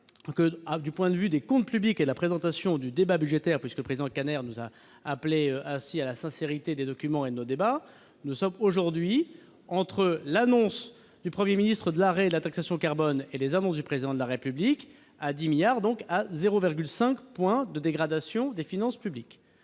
du côté des comptes publics et de la présentation du débat budgétaire, puisque le président Kanner nous a appelés à la sincérité des documents et des débats, nous en sommes aujourd'hui, avec l'annonce du Premier ministre de l'arrêt de la taxation carbone et les annonces du Président de la République, à 10 milliards d'euros, soit 0,5 point de dégradation des finances publiques.